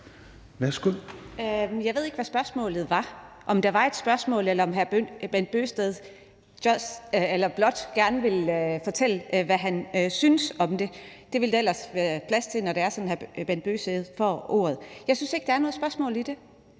Jeg ved ikke, hvad spørgsmålet var – om der var et spørgsmål, eller om hr. Bent Bøgsted blot gerne ville fortælle, hvad han synes om det. Det ville der ellers være plads til, når det er sådan, at hr. Bent Bøgsted får ordet. Jeg synes ikke, der er noget spørgsmål i det,